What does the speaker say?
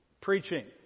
preaching